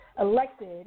elected